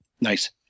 Nice